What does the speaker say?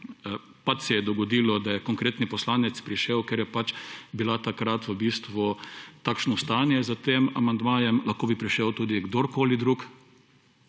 pač se je dogodilo, da je konkretni poslanec prišel, ker je pač bila takrat v bistvu takšno stanje s tem amandmajem, lahko bi prišel tudi kdorkoli drug,